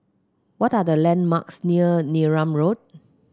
what are the landmarks near Neram Road